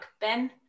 Ben